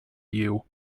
you